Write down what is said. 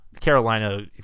Carolina